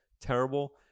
terrible